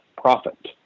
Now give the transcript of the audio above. profit